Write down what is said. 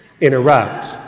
interrupt